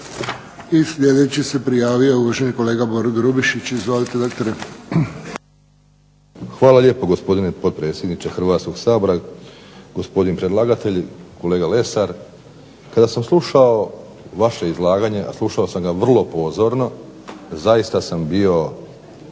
I sljedeći se prijavio uvaženi kolega Boro Grubišić. Izvolite doktore. **Grubišić, Boro (HDSSB)** Hvala lijepo gospodine potpredsjedniče Hrvatskog sabora, gospodin predlagatelj, kolega Lesar. Kada sam slušao vaše izlaganje, a slušao sam ga vrlo pozorno zaista sam bio